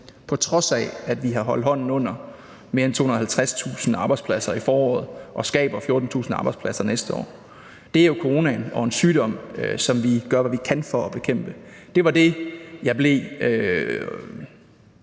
på trods af – at vi har holdt hånden under mere end 250.000 arbejdspladser i foråret og skaber 14.000 arbejdspladser næste år, er jo blevet det på grund af coronaen, en sygdom, som vi gør, hvad vi kan, for at bekæmpe. Det var det, jeg blev